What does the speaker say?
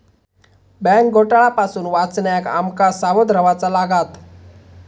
bank घोटाळा पासून वाचण्याक आम का सावध रव्हाचा लागात